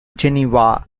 geneva